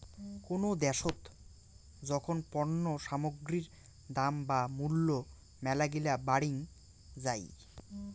কোনো দ্যাশোত যখন পণ্য সামগ্রীর দাম বা মূল্য মেলাগিলা বাড়িং যাই